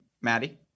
Maddie